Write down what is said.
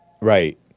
Right